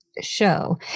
show